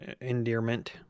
endearment